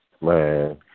Man